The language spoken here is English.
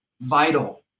vital